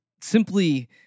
simply